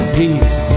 peace